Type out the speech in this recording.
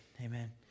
Amen